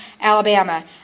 Alabama